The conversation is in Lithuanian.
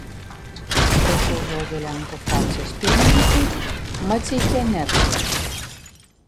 prašau žodžio lenkų frakcijos pirmininkui maceikianecui